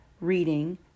reading